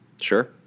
Sure